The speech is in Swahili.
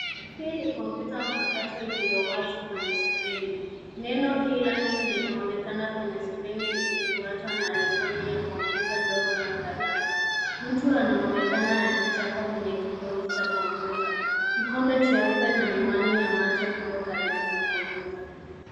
Hii ni kompyuta mpakato iliyo wazi kwenye skrini. Neno e-learning linaonekana kwenye skrini likifuatwa na icon ya kompyuta ndogo na kalamu. Mtu anaonekana akichapa kwenye kibodi cha kompyuta. Kikombe cheupe na miwani ya macho viko karibu na kompyuta.